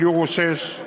יורו-6.